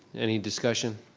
any discussion,